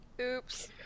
Oops